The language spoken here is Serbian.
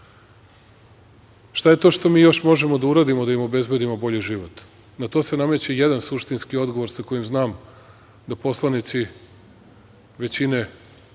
je to što mi još možemo da uradimo da im obezbedimo bolji život? Na to se nameće jedan suštinski odgovor sa kojim znam da poslanici većine